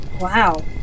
Wow